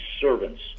servants